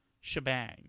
shebang